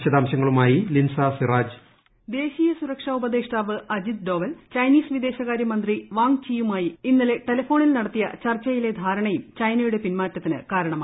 വിശദാംശങ്ങളുമായി ലിൻസ സ്ടിരാ്ജ് വോയിസ് ദേശീയ സുരക്ഷാ ഉപ്ദദ്ദേഷ്ടാവ് അജിത് ഡോവൽ ചൈനീസ് വിദേശകാരൃ മന്ത്രി വാങ് ചിയുമായി ഇന്നലെ ടെലഫോണിൽ നടത്തിയ ചർച്ചയിലെ ധാരണയും ചൈനയുടെ പിൻമാറ്റത്തിന് കാരണമായി